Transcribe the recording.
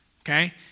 okay